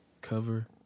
cover